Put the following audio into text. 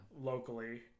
locally